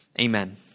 Amen